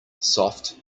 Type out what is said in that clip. soft